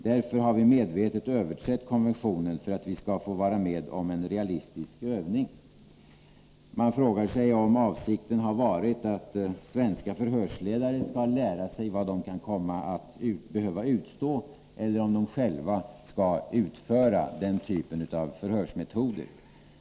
Därför har vi medvetet överträtt konventionen för att få vara med om en realistisk övning. Man frågar sig om avsikten har varit att svenska förhörsledare skall lära sig vad de kan komma att behöva utstå eller om de själva skall genomföra denna typ av förhörsmetoder.